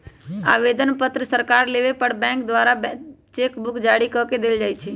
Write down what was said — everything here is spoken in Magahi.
आवेदन पत्र सकार लेबय पर बैंक द्वारा चेक बुक जारी कऽ देल जाइ छइ